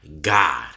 God